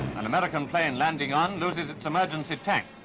an american plane landing on uses its emergency tank.